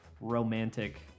romantic